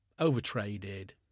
Overtraded